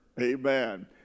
amen